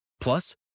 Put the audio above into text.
Plus